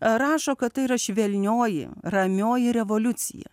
rašo kad tai yra švelnioji ramioji revoliucija